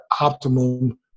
optimum